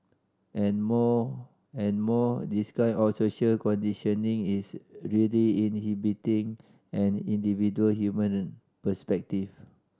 and more and more this kind of social conditioning is really inhibiting an individual human perspective